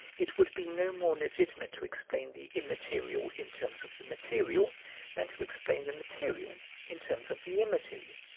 it would be no more legitimate to explain the immaterial in terms of the material than to explain the material in terms of the immaterial.